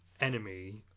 enemy